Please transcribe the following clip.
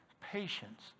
Patience